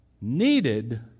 needed